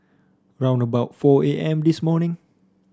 round about four A M this morning